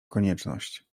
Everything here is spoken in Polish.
konieczność